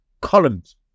columns